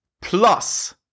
Plus